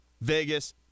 Vegas